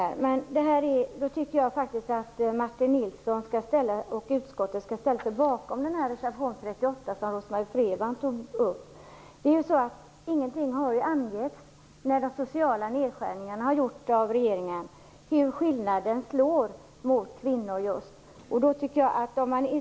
Då tycker jag att Martin Nilsson och utskottet skall ställa sig bakom reservation 38, som Rose-Marie Frebran tog upp. Regeringen har inte angivit någonting om hur de sociala nedskärningarna slår mot just kvinnor.